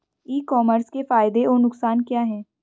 ई commerce के फायदे और नुकसान क्या हैं?